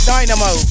Dynamo